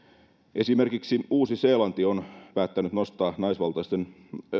esimerkiksi uusi seelanti on päättänyt nostaa naisvaltaisen